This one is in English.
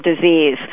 disease